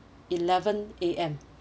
eleven A_M